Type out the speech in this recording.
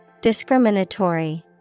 Discriminatory